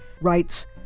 writes